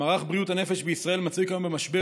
מערך בריאות הנפש בישראל מצוי כיום במשבר